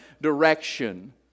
direction